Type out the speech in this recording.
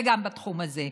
וגם בתחום הזה,